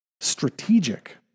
strategic